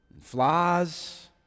Flies